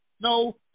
No